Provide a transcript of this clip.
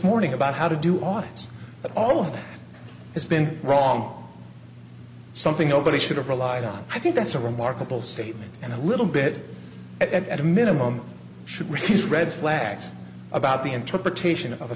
morning about how to do audits but all of that has been wrong something nobody should have relied on i think that's a remarkable statement and a little bit at a minimum should refuse red flags about the interpretation of a